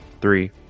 three